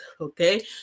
okay